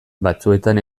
batzuetan